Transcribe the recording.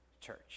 church